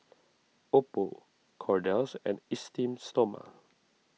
Oppo Kordel's and Esteem Stoma